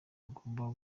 agomba